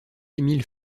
emile